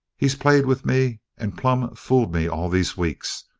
he's played with me and plumb fooled me all these weeks.